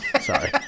Sorry